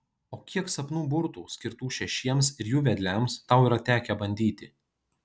o kiek sapnų burtų skirtų šešiems ir jų vedliams tau yra tekę bandyti